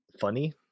funny